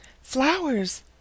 Flowers